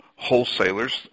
wholesalers